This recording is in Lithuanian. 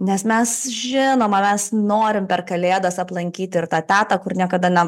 nes mes žinoma mes norim per kalėdas aplankyti ir tą tetą kur niekada ne